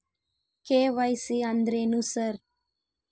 KYC ಅಂದ್ರೇನು sir?